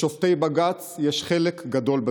לשופטי בג"ץ יש חלק גדול בזה.